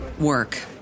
Work